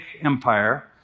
empire